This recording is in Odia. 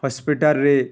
ହସ୍ପିଟାଲ୍ରେ